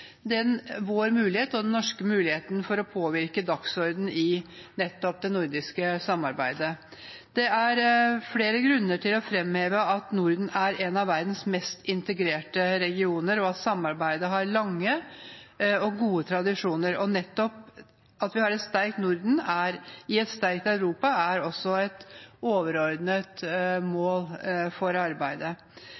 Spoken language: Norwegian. den aktuelle perioden, har styrket vår mulighet til å påvirke dagsordenen i det nordiske samarbeidet. Det er flere grunner til å framheve at Norden er en av verdens mest integrerte regioner, og at samarbeidet har lange og gode tradisjoner. Et sterkt Norden i et sterkt Europa er et overordnet